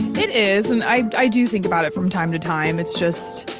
it is, and i do think about it from time to time. it's just